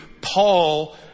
Paul